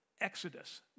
Exodus